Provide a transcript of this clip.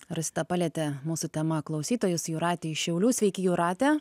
rosita palietė mūsų tema klausytojus jūratė šiaulių sveiki jūrate